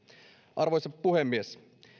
arvoisa puhemies